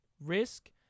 risk